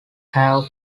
have